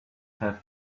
have